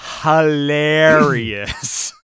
hilarious